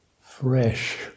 fresh